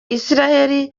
israel